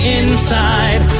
inside